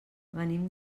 venim